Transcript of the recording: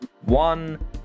one